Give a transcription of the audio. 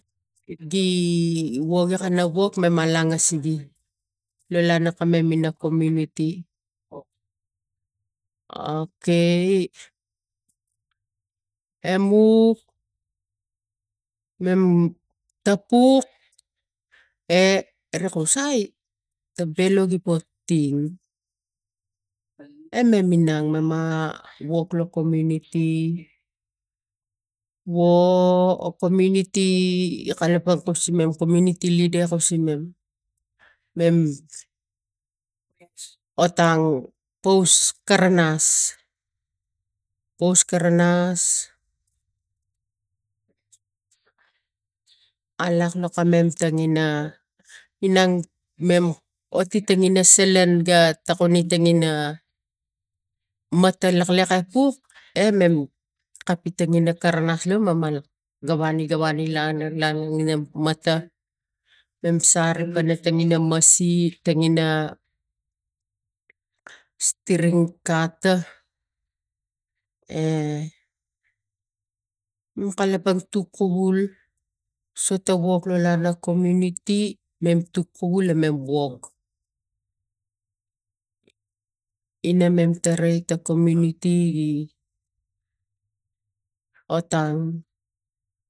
Gi woge kana wok me malanga sege lo lana kamem ina komuniti okai emuk mem tapuk e mem kusai ta bel gi ba ting e mem minang mama wok lo komuniti wo a komuniti kalapang kus imam komuniti leda kus imam mem otang pos karanas pos karanas alak kus imam mem otang pos karanas otiting ina satal ga takun etang ina mata laklak kiak kuk e mem kapiteng ina karanas lu mamal ga wani ga wani lana lali nangem mata mem sari pana tengina masir tengina strigkata e mem kalapang tuk kuvul sota wok lo lana komuniti mem tuk kuvul mem wok ina mam tarai ta komuniti otang